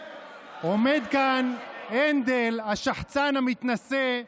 עומד כאן הנדל, השחצן, המתנשא,